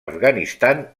afganistan